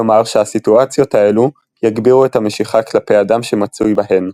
כלומר שהסיטואציות האלו יגבירו את המשיכה כלפי אדם שמצוי בהן.